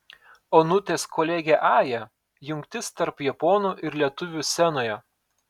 onutės kolegė aja jungtis tarp japonų ir lietuvių scenoje